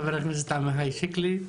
חבר הכנסת עמיחי שיקלי.